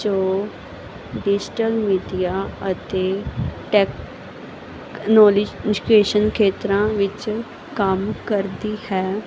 ਜੋ digital media ਅਤੇ technology ਖੇਤਰਾਂ ਵਿੱਚ ਕੰਮ ਕਰਦੀ ਹੈ